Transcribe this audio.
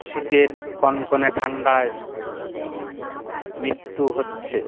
শীতের কনকনে ঠান্ডায় মৃত্যু হচ্ছে